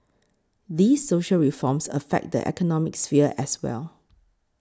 these social reforms affect the economic sphere as well